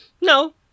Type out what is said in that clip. No